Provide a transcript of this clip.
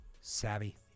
Savvy